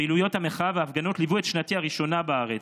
פעילויות המחאה וההפגנות ליוו את שנתי הראשונה בארץ,